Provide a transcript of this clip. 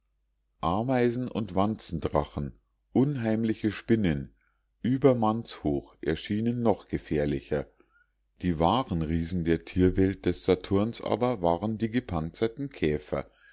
ameisen und wanzendrachen unheimliche spinnen über mannshoch erschienen noch gefährlicher die wahren riesen der tierwelt des saturns aber waren die gepanzerten käfer